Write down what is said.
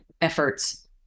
efforts